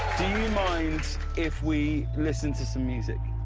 mind if we listen to some music?